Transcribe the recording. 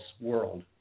world